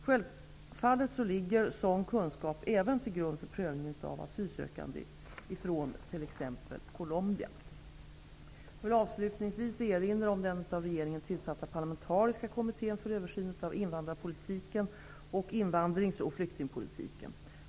Självfallet ligger sådan kunskap även till grund för prövningen av asylsökande från t.ex. Colombia. Jag vill avslutningsvis erinra om den av regeringen tillsatta parlamentariska kommittén för översyn av invandrarpolitiken och invandrings och flyktingpolitiken.